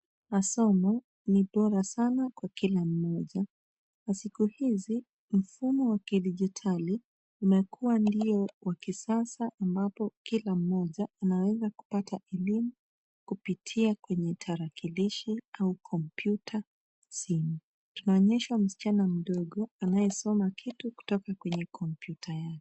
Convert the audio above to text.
Masomo ni bora sana kwa kila mmoja, na siku hizi mfumo wa kidijitali umekua ndio wa kisasa mbapo kila mmoja anaweza kupata elimu kupitia kwenye tarakilishi au kompyuta simu. Tunaonyeshwa msichana mdogo anayesoma kitu kutoka kwenye kompyuta yake.